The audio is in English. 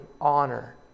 honor